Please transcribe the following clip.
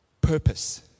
purpose